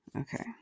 okay